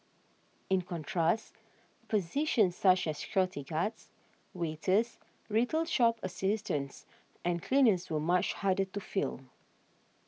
in contrast positions such as security guards waiters retail shop assistants and cleaners were much harder to fill